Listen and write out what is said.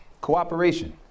Cooperation